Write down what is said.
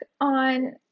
on